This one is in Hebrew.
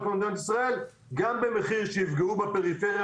מדינת ישראל גם במחיר שיפגעו בפריפריה,